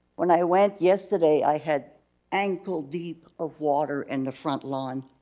went i went yesterday, i had ankle deep of water in the front lawn.